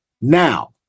Now